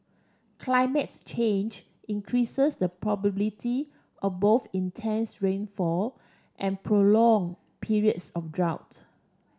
climate change increases the probability of both intense rainfall and prolong periods of drought